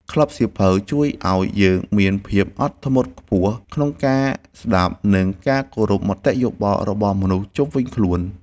ក្លឹបសៀវភៅជួយឱ្យយើងមានភាពអត់ធ្មត់ខ្ពស់ក្នុងការស្ដាប់ និងការគោរពមតិយោបល់របស់មនុស្សជុំវិញខ្លួន។